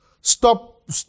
stop